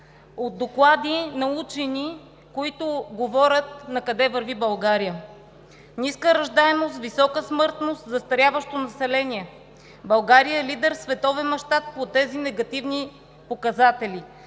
от доклади на учени, които говорят накъде върви България: ниска раждаемост, висока смъртност, застаряващо население. България е лидер в световен мащаб по тези негативни показатели.